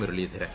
Muraleedharan